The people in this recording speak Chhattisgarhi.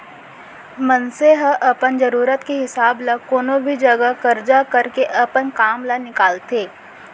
मनसे ह अपन जरूरत के हिसाब ल कोनो भी जघा करजा करके अपन काम ल निकालथे